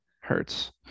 hurts